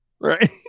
Right